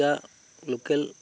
local